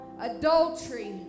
adultery